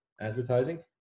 advertising